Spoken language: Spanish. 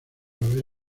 haber